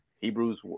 Hebrews